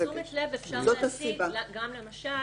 תשומת לב אפשר להשיג גם למשל